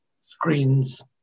screens